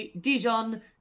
Dijon